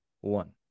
one